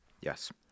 Yes